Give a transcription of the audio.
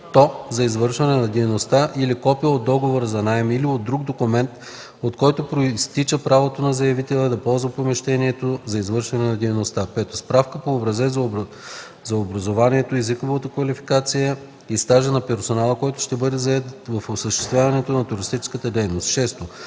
това и това.